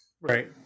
Right